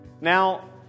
Now